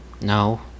No